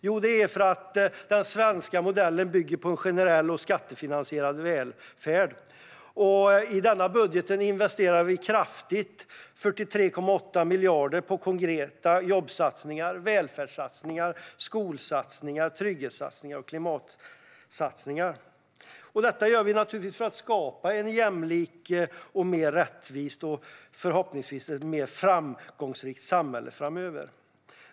Jo, det är för att den svenska modellen bygger på en generell och skattefinansierad välfärd. I denna budget investerar vi kraftigt: 43,8 miljarder i konkreta satsningar på jobb, välfärd, skola, trygghet och klimat. Detta gör vi naturligtvis för att skapa ett jämlikt, mer rättvist och förhoppningsvis mer framgångsrikt samhälle framöver.